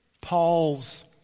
Paul's